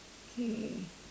K